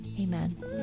Amen